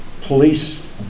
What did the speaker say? police